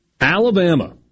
Alabama